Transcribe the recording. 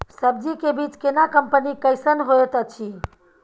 सब्जी के बीज केना कंपनी कैसन होयत अछि?